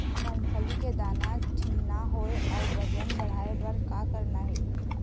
मूंगफली के दाना ठीन्ना होय अउ वजन बढ़ाय बर का करना ये?